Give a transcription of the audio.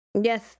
yes